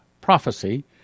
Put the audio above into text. prophecy